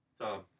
Tom